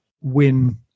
win